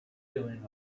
doing